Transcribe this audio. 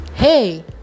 Hey